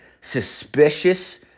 suspicious